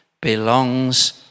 belongs